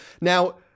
Now